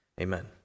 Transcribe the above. amen